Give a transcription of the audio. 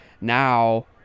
Now